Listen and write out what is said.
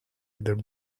either